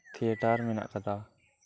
theatre ᱢᱮᱱᱟᱜ ᱟᱠᱟᱫᱟ